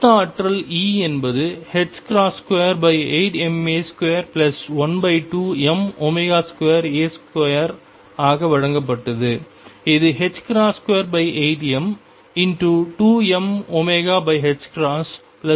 மொத்த ஆற்றல் E என்பது 28ma212m2a2 ஆக வழங்கப்பட்டது